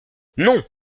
non